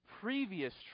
previous